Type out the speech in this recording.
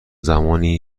زمانی